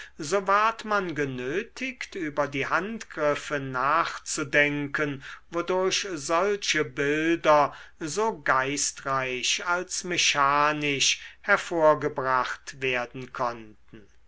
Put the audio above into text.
so ward man genötigt über die handgriffe nachzudenken wodurch solche bilder so geistreich als mechanisch hervorgebracht werden konnten